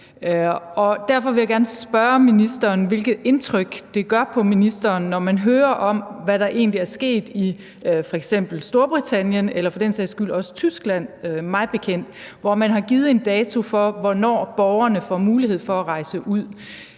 derfor vil jeg gerne spørge ministeren, hvilket indtryk det gør på ham, når man hører om, hvad der egentlig er sket i f.eks. Storbritannien eller – mig bekendt – for den sags skyld Tyskland, hvor man har givet en dato for, hvornår borgerne får mulighed for at rejse ud.